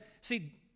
see